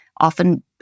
often